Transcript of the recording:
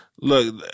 look